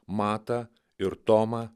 matą ir tomą